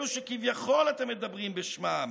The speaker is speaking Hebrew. אלו שכביכול אתם מדברים בשמן.